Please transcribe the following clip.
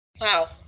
wow